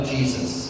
Jesus